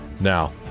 Now